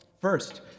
first